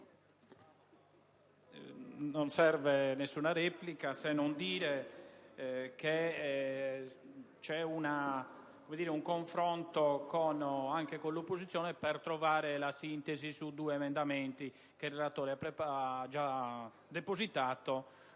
non serve nessuna replica. Dico solo che c'è un confronto anche con l'opposizione per trovare la sintesi su due emendamenti che il relatore ha già depositato.